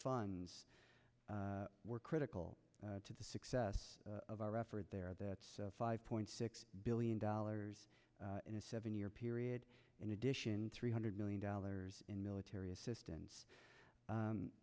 funds were critical to the success of our effort there the five point six billion dollars in a seven year period in addition three hundred million dollars in military assistance